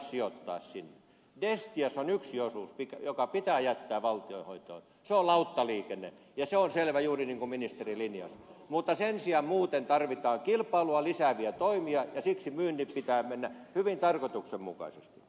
destiassa on yksi osuus joka pitää jättää valtion hoitoon se on lauttaliikenne ja se on selvä juuri niin kuin ministeri linjasi mutta sen sijaan muuten tarvitaan kilpailua lisääviä toimia ja siksi myynnin pitää mennä hyvin tarkoituksenmukaisesti